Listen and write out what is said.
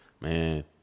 man